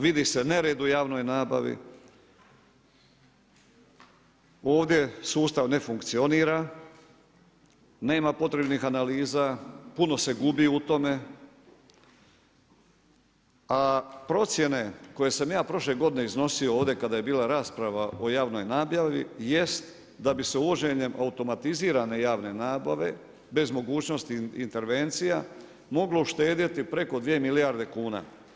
Vidi se nered u javnoj nabavi, ovdje sustav ne funkcionira, nema potrebnih analiza, puno se gubi u tome, a procjene koje sam ja prošle godine iznosio ovdje kada je bila rasprava o javnoj nabavi jest da bi se uvođenjem automatizirane javne nabave, bez mogućnosti intervencija moglo uštedjeti preko dvije milijarde kuna.